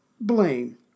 blame